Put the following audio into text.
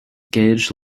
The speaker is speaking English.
gage